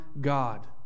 God